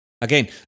Again